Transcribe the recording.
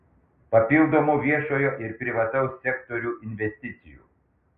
papildomų viešojo ir privataus sektorių investicijų